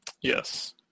Yes